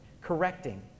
Correcting